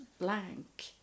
blank